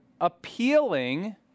appealing